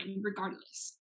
regardless